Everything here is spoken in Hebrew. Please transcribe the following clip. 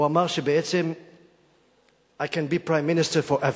הוא אמר בעצם I can be Prime Minister forever.